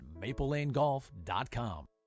MapleLaneGolf.com